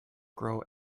grow